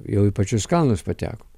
jau į pačius kalnus patekom